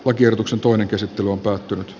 lakiehdotuksen toinen käsittely on päättynyt